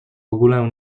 ogóle